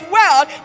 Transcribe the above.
world